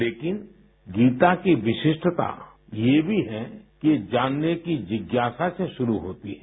लेकिन गीता की विशिष्टता ये भी है कि ये जानने की जिज्ञासा से शुरू होती है